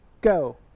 Go